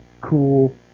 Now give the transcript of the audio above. cool